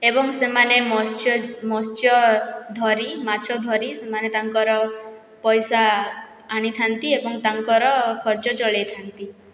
ଏବଂ ସେମାନେ ମତ୍ସ୍ୟ ମତ୍ସ୍ୟ ଧରି ମାଛ ଧରି ସେମାନେ ତାଙ୍କର ପଇସା ଆଣିଥାନ୍ତି ଏବଂ ତାଙ୍କର ଖର୍ଚ୍ଚ ଚଳେଇଥାନ୍ତି